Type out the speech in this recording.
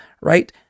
right